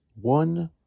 One